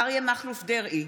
אריה מכלוף דרעי,